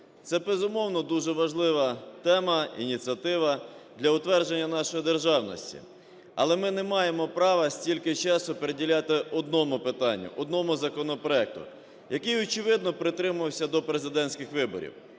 Це, безумовно, дуже важлива тема, ініціатива для утвердження нашої державності. Але ми не маємо права стільки часу приділяти одному питанню, одному законопроекту, який, очевидно, притримувався до президентських виборів.